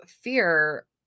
fear